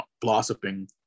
blossoming